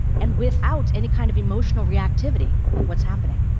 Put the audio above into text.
and without any kind of emotional reactivity of what's happening.